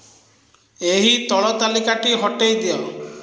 ଏହି ତଳ ତାଲିକାଟି ହଟାଇ ଦିଅ